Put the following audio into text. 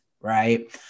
Right